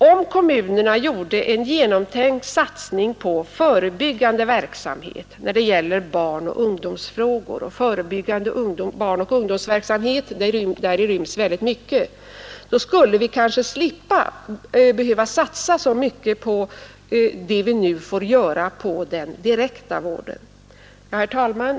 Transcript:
Om kommunerna gjorde en genomtänkt satsning på förebyggande verksamhet när det gäller barn och ungdom — i en sådan verksamhet inryms väldigt mycket — skulle vi kanske inte behöva satsa lika mycket som nu på den direkta vården. Herr talman!